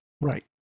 Right